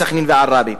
מסח'נין ועראבה,